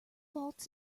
faults